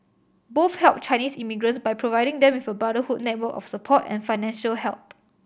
both helped Chinese immigrants by providing them with a brotherhood network of support and financial help